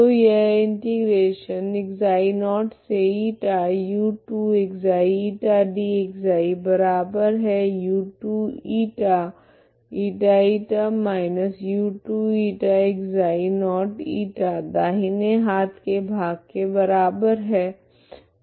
तो यह दाहिने हाथ के भाग के बराबर है